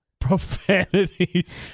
Profanities